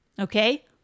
Okay